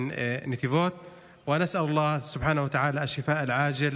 נוסף על כך אני שולח את תנחומיי